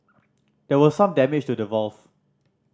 there was some damage to the valve